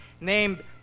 Named